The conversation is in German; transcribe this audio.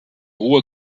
hohe